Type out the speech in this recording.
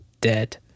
dead